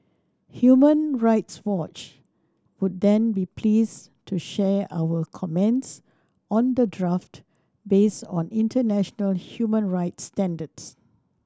Human Rights Watch would then be pleased to share our comments on the draft based on international human rights standards